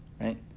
Right